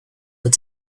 were